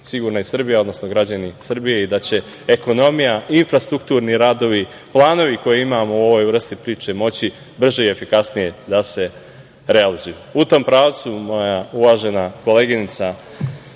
sigurna i Srbija, odnosno građani Srbije i da će ekonomija, infrastrukturni radovi, planove koje imamo u ovoj vrsti priče moći brže i efikasnije da se realizuju.U tom pravcu moja uvažena koleginica